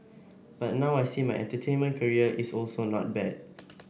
but now I see my entertainment career is also not bad